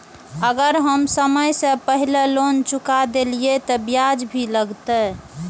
अगर हम समय से पहले लोन चुका देलीय ते ब्याज भी लगते?